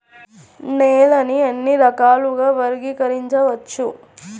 నేలని ఎన్ని రకాలుగా వర్గీకరించవచ్చు?